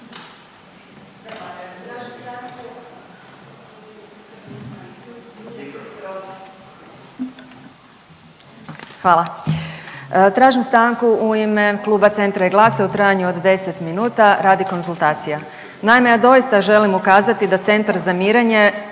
Hvala. Tražim stanku u ime Kluba Centra i GLAS-a u trajanju od 10 minuta radi konzultacija. Naime, ja doista želim ukazati da centar za mirenje